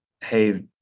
hey